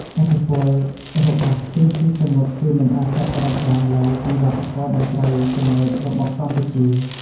ឥទ្ធិពលរបស់ ស៊ីន ស៊ីសាមុត គឺមិនអាចកាត់ផ្ដាច់បានឡើយពីវប្បធម៌តន្ត្រីទំនើបរបស់កម្ពុជា ។